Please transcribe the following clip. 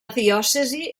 diòcesi